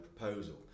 proposal